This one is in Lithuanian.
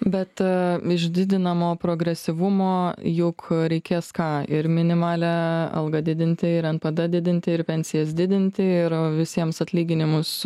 bet iš didinamo progresyvumo juk reikės ką ir minimalią algą didinti ir npd didinti ir pensijas didinti ir visiems atlyginimus